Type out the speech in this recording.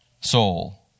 soul